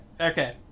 okay